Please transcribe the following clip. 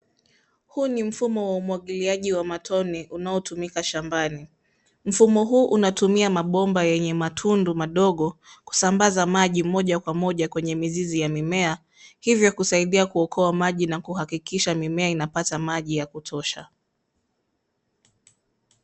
Huu ni mfumo wa umwagiliaji wa matone unaotumika shambani. Mfumo huu unatumia mabomba yenye matundu madogo kusambaza maji moja kwa moja kwenye mizizi ya mimea, hivyo kusaidia kuokoa maji na kuhakikisha mimea inapata maji ya kutosha.